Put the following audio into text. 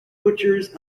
butchers